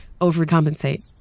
overcompensate